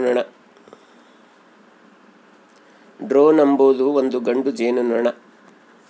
drone ಅಂಬೊದು ಒಂದು ಗಂಡು ಜೇನುನೊಣ